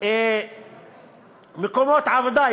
מקומות עבודה,